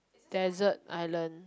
desert island